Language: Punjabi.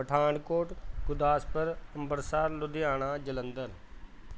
ਪਠਾਨਕੋਟ ਗੁਰਦਾਸਪੁਰ ਅੰਬਰਸਰ ਲੁਧਿਆਣਾ ਜਲੰਧਰ